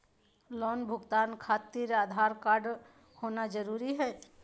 Loan भुगतान खातिर Aadhaar card होना जरूरी है?